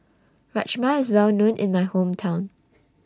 Rajma IS Well known in My Hometown